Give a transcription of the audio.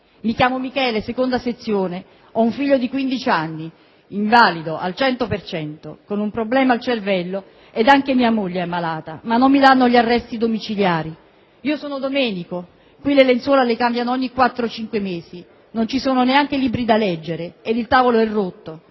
«Mi chiamo Michele (II sezione) ho un figlio di quindici anni invalido al cento per cento con un problema al cervello ed anche mia moglie è ammalata, ma non mi danno gli arresti domiciliari». «Io sono Domenico, qui le lenzuola le cambiano ogni 4-5 mesi. Non ci sono neanche libri da leggere ed il tavolo è rotto.